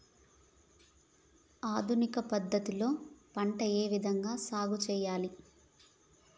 ఆధునిక పద్ధతి లో పంట ఏ విధంగా సాగు చేయాలి?